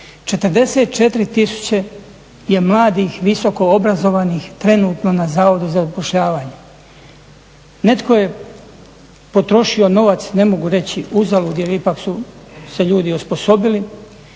tisuće je mladih visoko obrazovanih trenutno na Zavodu za zapošljavanje. Netko je potrošio novac, ne mogu reći uzalud, jer ipak su se ljudi osposobili